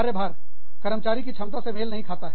कार्यभार कर्मचारी की क्षमता से मेल नहीं खाता है